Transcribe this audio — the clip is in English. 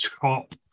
top